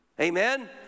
Amen